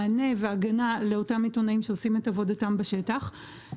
מענה והגנה לאותם עיתונאים שעושים את עבדותם בשטח,